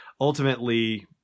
ultimately